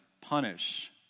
punish